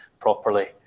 properly